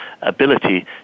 ability